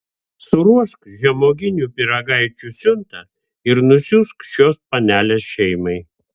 suruošk žemuoginių pyragaičių siuntą ir nusiųsk šios panelės šeimai